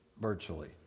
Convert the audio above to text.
virtually